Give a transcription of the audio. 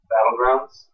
Battlegrounds